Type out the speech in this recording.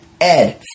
Ed